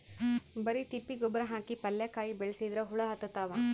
ಬರಿ ತಿಪ್ಪಿ ಗೊಬ್ಬರ ಹಾಕಿ ಪಲ್ಯಾಕಾಯಿ ಬೆಳಸಿದ್ರ ಹುಳ ಹತ್ತತಾವ?